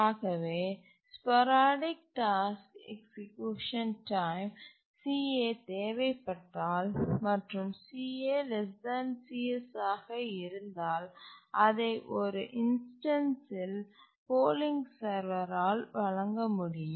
ஆகவே sporadic task execution time ca தேவைப்பட்டால் மற்றும் ca cs ஆக இருந்தால் அதை ஒரு இன்ஸ்டன்ஸ் இல் போலிங் சர்வர் ஆல் வழங்க முடியும்